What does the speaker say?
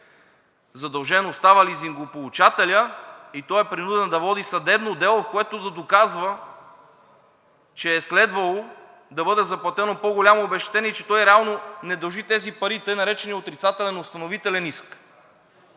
Задължен остава лизингополучателят и той е принуден да води съдебно дело, в което да доказва, че е следвало да бъде заплатено по-голямо обезщетение и че той реално не дължи тези пари, тъй наречения отрицателен установителен иск.